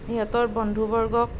সিহঁতৰ বন্ধুবৰ্গক